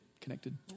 connected